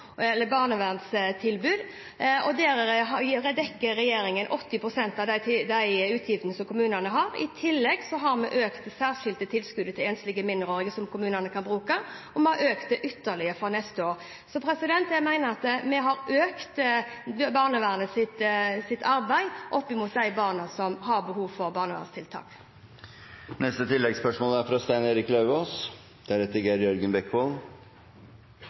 utgiftene kommunene har. I tillegg har vi økt det særskilte tilskuddet til enslige mindreårige som kommunene kan bruke, og vi har økt det ytterligere for neste år. Så jeg mener at vi har styrket barnevernets arbeid opp mot de barna som har behov for barnevernstiltak. Det har vært slik at det en kan kalle første- og andrelinjetjenesten, har fått stort fokus fra